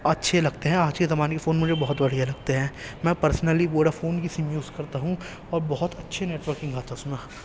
اچھے لگتے ہیں آج کے زمانے کے فون مجھے بہت بڑھیا لگتے ہیں میں پرسنلی ووڈا فون کی سم یوز کرتا ہوں اور بہت اچھی نیٹ ورکنگ آتا ہے اس میں